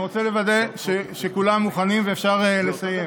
אני רוצה לוודא שכולם מוכנים ושאפשר לסיים.